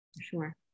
Sure